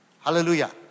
Hallelujah